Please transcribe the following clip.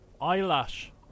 Eyelash